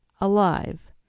alive